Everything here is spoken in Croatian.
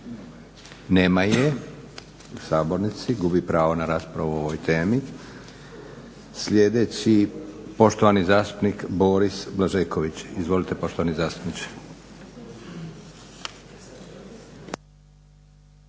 Nema je u sabornici. Gubi pravo na raspravu o ovoj temi. Sljedeći poštovani zastupnik Boris Blažeković. Izvolite poštovani zastupniče.